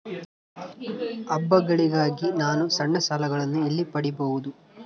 ಹಬ್ಬಗಳಿಗಾಗಿ ನಾನು ಸಣ್ಣ ಸಾಲಗಳನ್ನು ಎಲ್ಲಿ ಪಡಿಬಹುದು?